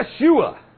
Yeshua